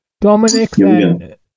Dominic